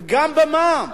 וגם במע"מ.